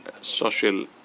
social